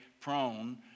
prone